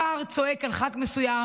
השר צועק על ח"כ מסוים,